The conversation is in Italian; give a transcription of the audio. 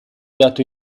dato